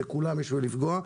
יש בכך בכדי לפגוע בכולם.